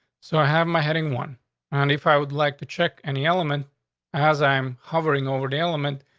so i have my heading one on. if i would like to check any element as i'm hovering over the element,